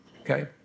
okay